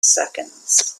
seconds